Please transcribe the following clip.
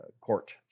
court